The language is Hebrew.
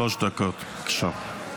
שלוש דקות, בבקשה.